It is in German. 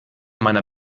meiner